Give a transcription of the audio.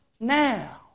now